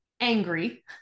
angry